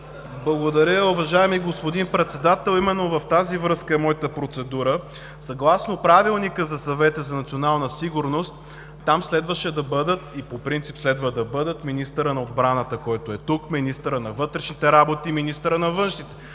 Благодаря Ви, уважаеми господин Председател. Именно в тази връзка е моята процедура. Съгласно Правилника на Съвета за национална сигурност там следваше да бъдат и по принцип следва да бъдат министърът на отбраната, който е тук, министърът на вътрешните работи и министърът на външните работи,